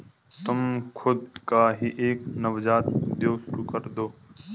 तुम खुद का ही एक नवजात उद्योग शुरू करदो